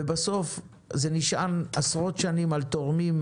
ובסוף זה נשען עשרות שנים על תורמים,